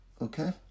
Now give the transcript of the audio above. okay